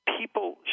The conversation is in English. People